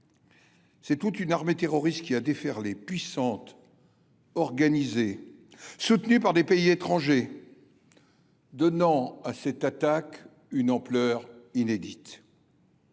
c’est toute une armée terroriste qui a déferlé, puissante, organisée et soutenue par des pays étrangers, donnant à cette attaque une ampleur inédite.